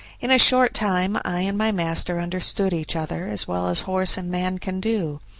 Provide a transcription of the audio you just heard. in a short time i and my master understood each other as well as horse and man can do.